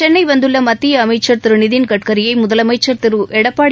சென்னை வந்துள்ள மத்திய அமைச்சர் திரு நிதின்கட்கரியை முதலமைச்சர் திரு எடப்பாடி